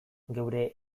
geure